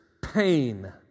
pain